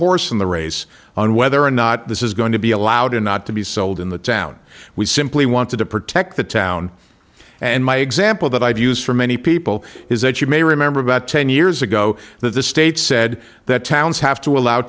horse in the race on whether or not this is going to be allowed or not to be sold in the town we simply wanted to protect the town and my example that i've used for many people his age you may remember about ten years ago that the state said that towns have to allow